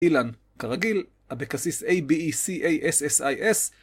אילן, כרגיל, אבקסיס A-B-E-C-A-S-S-I-S